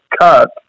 cut